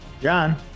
John